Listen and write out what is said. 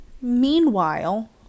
Meanwhile